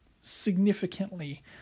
significantly